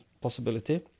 possibility